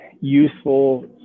useful